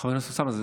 חבר הכנסת אוסאמה,